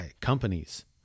companies